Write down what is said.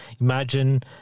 imagine